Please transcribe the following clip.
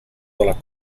dalla